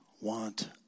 want